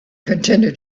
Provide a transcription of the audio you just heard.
continued